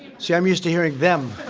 see, i'm used to hearing them.